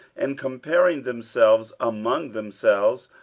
and comparing themselves among themselves,